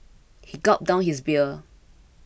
he gulped down his beer